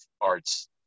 arts